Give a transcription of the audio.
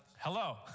Hello